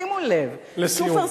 שימו לב, לסיום.